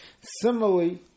Similarly